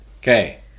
okay